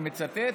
אני מצטט,